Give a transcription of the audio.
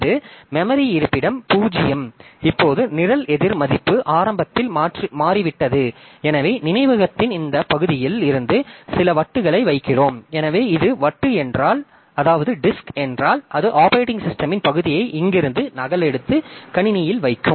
இது மெமரி இருப்பிடம் 0 இப்போது நிரல் எதிர் மதிப்பு ஆரம்பத்தில் மாறிவிட்டது எனவே நினைவகத்தின் இந்த பகுதியில் இருந்து சில வட்டுகளை வைக்கிறோம் எனவே இது வட்டு என்றால் அது ஆப்பரேட்டிங் சிஸ்டமின் பகுதியை இங்கிருந்து நகலெடுத்து கணினியில் வைக்கும்